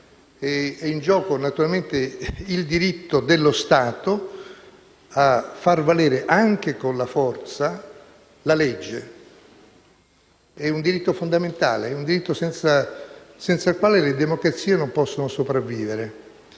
È in gioco, naturalmente, il diritto dello Stato a far valere, anche con la forza, la legge. È un diritto fondamentale, senza il quale le democrazie non possono sopravvivere.